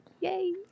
Yay